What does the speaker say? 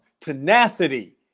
tenacity